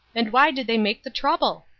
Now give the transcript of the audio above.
and why did they make the trouble?